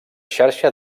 xarxa